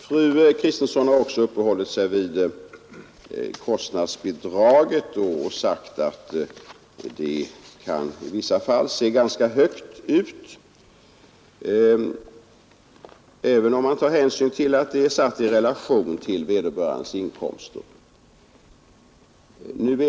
Fru Kristensson har också uppehållit sig vid kostnadsbidraget och sagt att det kan se ganska högt ut, även om man tar hänsyn till att det är satt i relation till vederbörandes inkomster.